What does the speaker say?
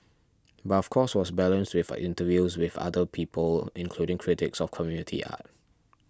but of course was balanced with interviews with other people including critics of community art